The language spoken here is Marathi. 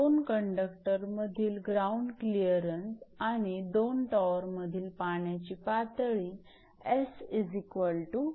तर 2 कंडक्टरमधील ग्राउंड क्लिअरन्स आणि दोन टॉवरमधील पाण्याची पातळी 𝑠4014